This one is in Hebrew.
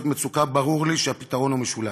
מצוקה ברור לי שהפתרון הוא משולב: